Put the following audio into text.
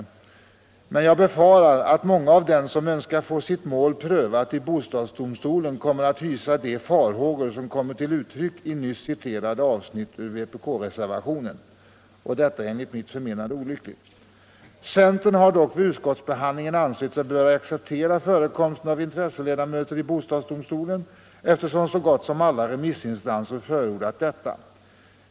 Men jag befarar att många av dem som önskar få sitt mål prövat i bostadsdomstolen kommer att hysa de farhågor som kommer till uttryck i det nyss citerade avsnittet ur vpk-reservationen. Detta är enligt mitt förmenande olyckligt! Centern har dock vid utskottsbehandlingen ansett sig böra acceptera förekomsten av intresseledamöter i Bostadsdomstolen, eftersom så gott som alla remissinstanser har förordat detta.